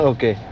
Okay